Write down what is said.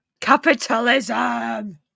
Capitalism